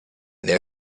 there